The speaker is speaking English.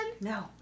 No